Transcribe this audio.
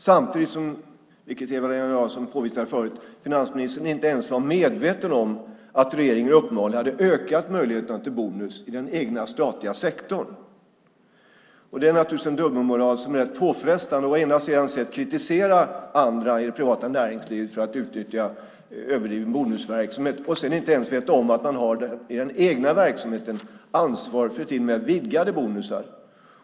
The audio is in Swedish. Samtidigt, som Eva-Lena Jansson påvisade förut, var finansministern inte ens medveten om att regeringen hade ökat möjligheterna till bonus i den egna statliga sektorn. Det är naturligtvis en dubbelmoral som är rätt påfrestande. Å ena sidan kritiserar man det privata näringslivet för överdriven bonusverksamhet, å andra sidan vet man inte om att man har det i den egna verksamheten och ansvar för till och med vidgade bonusar.